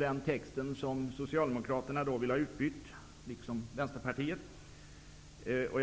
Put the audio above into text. den texten som Socialdemokraterna liksom Vänsterpartiet vill ha utbytt.